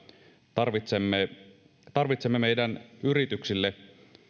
tarvitsemme tarvitsemme meidän yrityksillemme